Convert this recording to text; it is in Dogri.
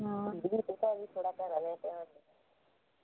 अं